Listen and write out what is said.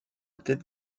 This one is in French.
tête